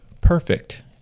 perfect